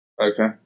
Okay